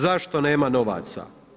Zašto nema novaca?